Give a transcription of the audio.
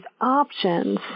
options